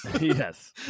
Yes